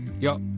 yo